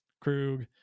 Krug